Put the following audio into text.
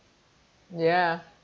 ya